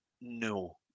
no